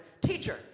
teacher